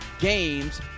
Games